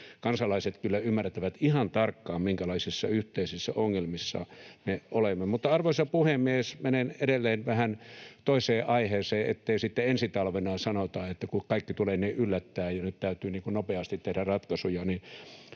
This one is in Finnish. kansalaiset ymmärtävät ihan tarkkaan, minkälaisissa yhteisissä ongelmissa me olemme. Arvoisa puhemies! Menen edelleen vähän toiseen aiheeseen, ettei sitten ensi talvena sanota, että kaikki tulee niin yllättäen ja nyt täytyy nopeasti tehdä ratkaisuja.